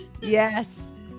Yes